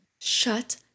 Shut